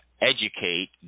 Educate